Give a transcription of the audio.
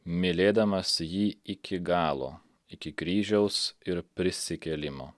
mylėdamas jį iki galo iki kryžiaus ir prisikėlimo